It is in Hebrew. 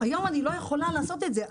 אני לא יכולה לעשות את זה.